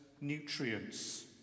nutrients